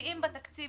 שמופיעים בתקציב